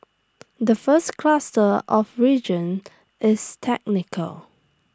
the first cluster of reasons is technical